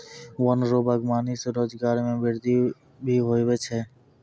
वन रो वागबानी से रोजगार मे वृद्धि भी हुवै छै